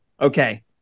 Okay